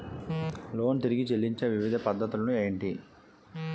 Loan తిరిగి చెల్లించే వివిధ పద్ధతులు ఏంటి?